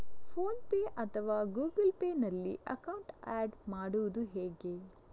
Phone pay ಅಥವಾ Google Pay ನಲ್ಲಿ account add ಮಾಡುವುದು ಹೇಗೆ?